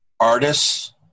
Artists